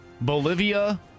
Bolivia